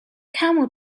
camel